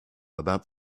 about